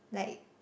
like